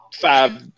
five